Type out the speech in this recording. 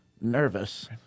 nervous